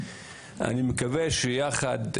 אני מקווה שיחד,